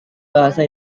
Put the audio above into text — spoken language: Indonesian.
bahasa